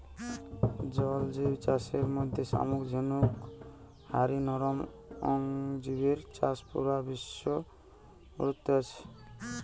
জল জিব চাষের মধ্যে শামুক ঝিনুক হারি নরম অং জিবের চাষ পুরা বিশ্ব রে গুরুত্ব আছে